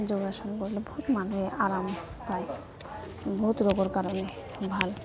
যোগাসন কৰিলে বহুত মানুহে আৰাম পায় বহুত ৰোগৰ কাৰণে ভাল